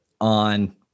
on